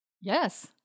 Yes